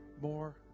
more